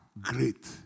Great